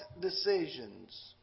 decisions